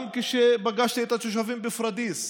גם כשפגשתי את התושבים בפוריידיס.